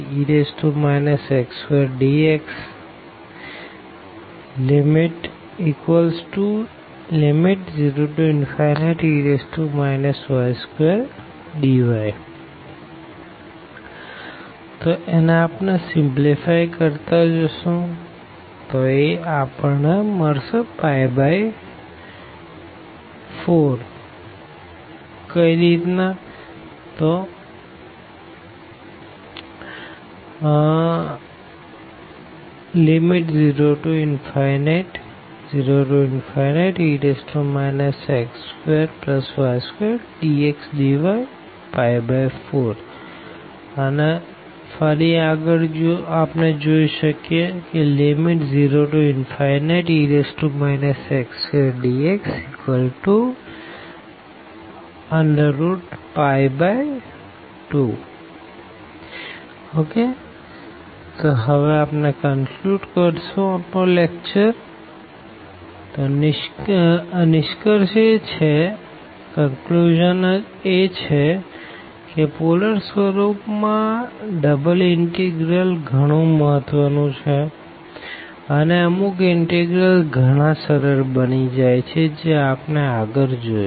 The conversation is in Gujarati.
I0e x2dx0e y2dy I0e x2dx0e y2dy 00e x2y2dxdy 4 ⟹0e x2dx2 તો નિષ્કર્ષ એ છે ક પોલર સ્વરૂપ માં ડબલ ઇનટેગ્ર્લ ગણું મહત્વ નું છે અને અમુક ઇનટેગ્ર્લ ઘણા સરળ બની જાય છે જે આપણે આગળ જોયું